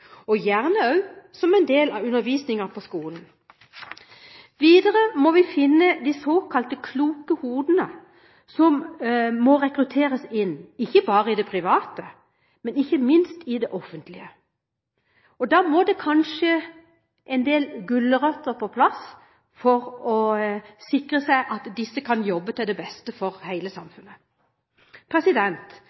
og gjerne også som en del av undervisningen på skolen. Videre må vi finne de såkalt kloke hodene som må rekrutteres inn – ikke bare i det private, men ikke minst i det offentlige. Da må det kanskje en del gulrøtter på plass for å sikre seg at disse kan jobbe til beste for hele samfunnet.